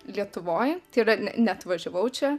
lietuvoj tai yra ne neatvažiavau čia